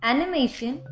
Animation